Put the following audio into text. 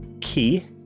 key